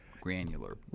granular